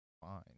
fine